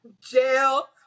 Jail